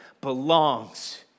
belongs